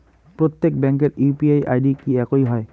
প্রত্যেক ব্যাংকের UPI ID কি একই হয়?